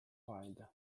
wild